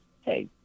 hey